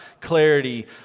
clarity